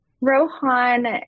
Rohan